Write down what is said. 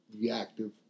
reactive